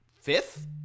fifth